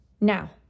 now